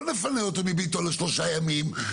לא נפנה אותו מביתו ל-3 ימים,